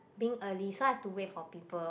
being early so I have to wait for people